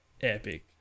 epic